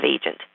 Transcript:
agent